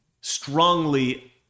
strongly